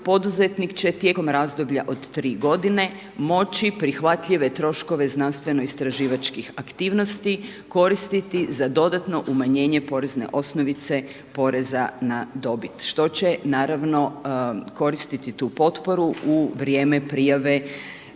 poduzetnik će tijekom razdoblja od 3 godina moći prihvatljive troškove znanstveno istraživačkih aktivnosti, koristiti za dodatno umanjenje porezne osnovice poreza na dobit što će naravno koristiti tu potporu u vrijeme prijave